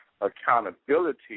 accountability